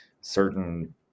certain